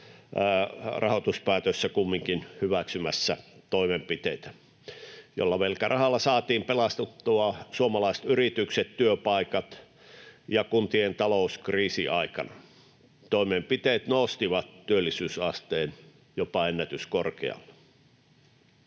rahoituspäätöksissä kumminkin hyväksymässä toimenpiteitä, joilla velkarahalla saatiin pelastettua suomalaiset yritykset ja työpaikat, ja kuntien talouskriisin aikana toimenpiteet nostivat työllisyysasteen jopa ennätyskorkealle.